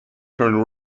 turn